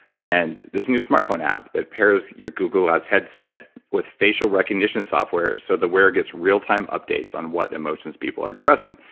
and there's a new smart phone app that pairs your google as headset with facial recognition software, so the wearer gets real-time updates on what emotions people are expressing.